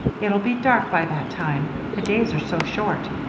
it'll be dark by that time the days are so short.